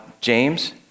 James